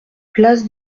place